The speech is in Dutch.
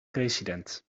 president